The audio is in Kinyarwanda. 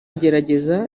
gerageza